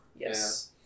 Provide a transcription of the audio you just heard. Yes